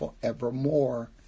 forevermore